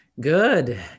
Good